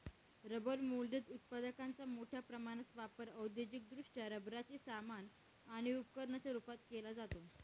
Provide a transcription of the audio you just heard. rubber moulded उत्पादकांचा मोठ्या प्रमाणात वापर औद्योगिकदृष्ट्या रबराचे सामान आणि उपकरणांच्या रूपात केला जातो